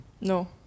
No